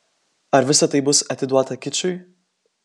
ar visa tai bus atiduota kičui